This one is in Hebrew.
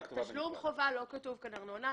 בתשלום חובה לא כתוב כאן ארנונה.